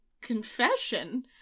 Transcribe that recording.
confession